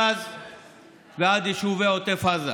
אך יחד עם זאת,